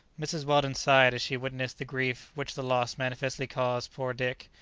mrs. weldon sighed as she witnessed the grief which the loss manifestly caused poor dick,